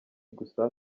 gusa